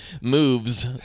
moves